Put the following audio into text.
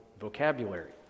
vocabulary